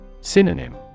Synonym